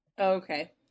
okay